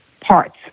parts